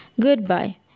Goodbye